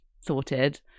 sorted